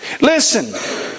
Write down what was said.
Listen